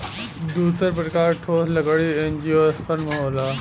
दूसर प्रकार ठोस लकड़ी एंजियोस्पर्म होला